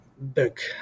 book